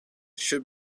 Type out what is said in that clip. should